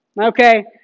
Okay